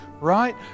right